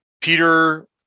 Peter